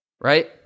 Right